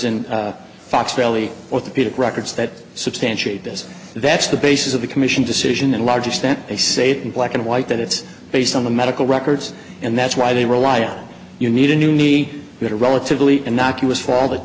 in fox valley orthopedic records that substantiate this that's the basis of the commission decision in large extent they say in black and white that it's based on the medical records and that's why they rely on you need a new knee but a relatively innocuous fa